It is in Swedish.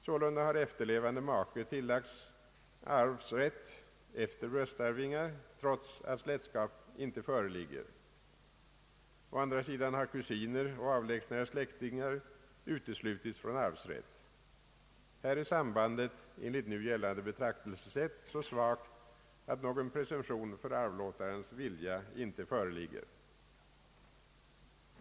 Sålunda har efterlevande make tillagts arvsrätt — efter bröstarvingar — trots att släktskap inte föreligger. Å andra sidan har kusiner och avlägsnare släktingar uteslutits från arvsrätt. Här är sambandet enligt nu gällande betraktelsesätt så svagt att någon presumtion för arvlåtarens vilja inte föreligger.